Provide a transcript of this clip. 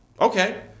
Okay